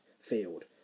field